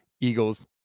Eagles